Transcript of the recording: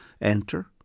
enter